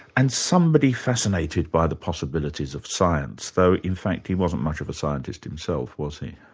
and somebody fascinated by the possibilities of science, though in fact he wasn't much of a scientist himself, was he?